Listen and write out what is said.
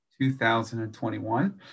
2021